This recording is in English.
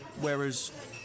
Whereas